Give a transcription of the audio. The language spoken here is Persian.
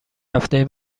هفته